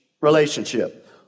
relationship